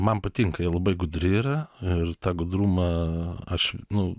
man patinka jie labai gudri yra ir tą gudrumą aš nu